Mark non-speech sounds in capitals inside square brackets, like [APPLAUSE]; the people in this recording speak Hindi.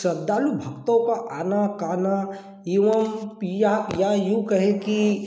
श्रद्धालु भक्तों का आना काना एवं पीहा [UNINTELLIGIBLE] या यूँ कहें कि